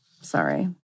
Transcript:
Sorry